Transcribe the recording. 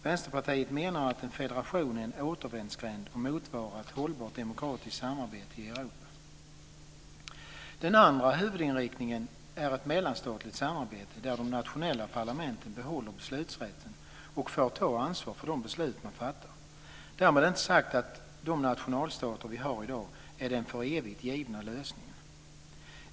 Vänsterpartiet menar att en federation är en återvändsgränd och motverkar ett hållbart demokratiskt samarbete i Europa. Den andra huvudinriktningen är ett mellanstatligt samarbete där de nationella parlamenten behåller beslutsrätten och får ta ansvar för de beslut man fattar. Därmed inte sagt att de nationalstater vi har i dag är den för evigt givna lösningen.